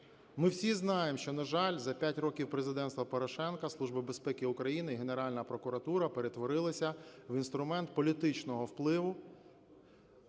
Ми всі знаємо, що, на жаль, за п'ять років президентства Порошенка Служба безпеки України і Генеральна прокуратура перетворилися в інструмент політичного впливу,